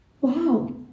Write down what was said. wow